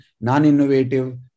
non-innovative